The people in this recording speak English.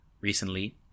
recently